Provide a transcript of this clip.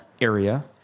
area